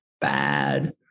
bad